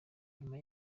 nyuma